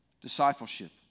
discipleship